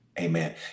amen